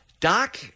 Doc